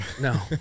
No